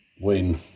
win